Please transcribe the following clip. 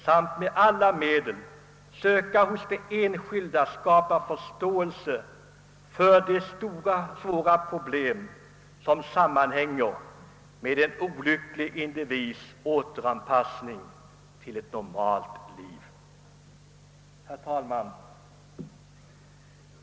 Man bör också med alla medel söka skapa förståelse hos de enskilda människorna för de stora och svåra problem som sammanhänger med en olycklig individs återanpassning till ett normalt liv. Herr talman!